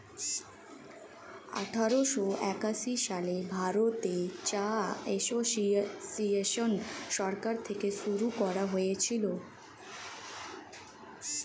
আঠারোশো একাশি সালে ভারতে চা এসোসিয়েসন সরকার থেকে শুরু করা হয়েছিল